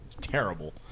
terrible